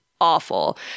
awful